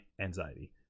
anxiety